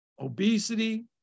obesity